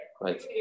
Right